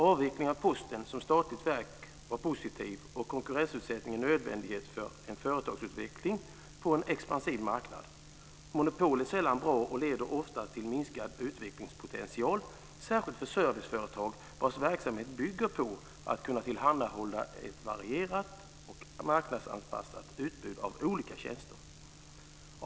Avvecklingen av Posten som statlig verk var positiv. Konkurrensutsättningen var en nödvändighet för en företagsutveckling på en expansiv marknad. Monopol är sällan bra och leder oftast till minskad utvecklingspotential, särskilt för serviceföretag vars verksamhet bygger på att tillhandahålla ett varierat och marknadsanpassat utbud av olika tjänster.